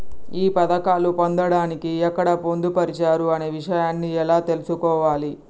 ఈ పథకాలు పొందడానికి ఎక్కడ పొందుపరిచారు అనే విషయాన్ని ఎలా తెలుసుకోవాలి?